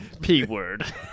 P-word